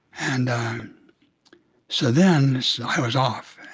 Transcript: and so then i was off.